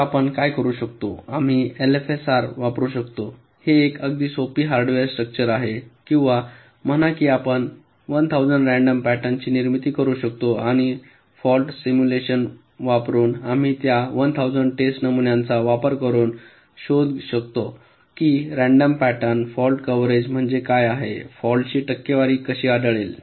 तर आपण काय करू शकतो आम्ही एलएफएसआर वापरू शकतो हे एक अगदी सोपी हार्डवेअर स्ट्रक्चर आहे किंवा म्हणा की आपण 1000 रँडम पॅटर्न ची निर्मिती करू शकतो आणि फॉल्ट सिम्युलेशन वापरुन आम्ही त्या 1000 टेस्ट नमुन्यांचा वापर करून शोधू शकतो कि रँडम पॅटर्न फॉल्ट कव्हरेज म्हणजे काय आहे फॉल्टसची टक्केवारी कशी आढळेल